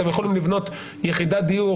אתם יכולים לבנות יחידת דיור,